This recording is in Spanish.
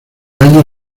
año